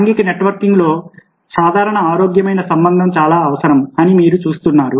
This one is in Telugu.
సాంఘిక నెట్వర్కింగ్లో సాధారణ ఆరోగ్యకరమైన సంబంధం చాలా అవసరం అని మీరు చూస్తున్నారు